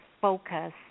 focus